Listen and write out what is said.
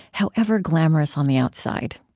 however glamorous on the outside.